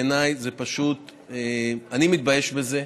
בעיניי זה פשוט, אני מתבייש בזה.